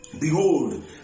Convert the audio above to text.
behold